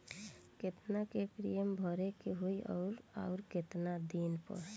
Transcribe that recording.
केतना के प्रीमियम भरे के होई और आऊर केतना दिन पर?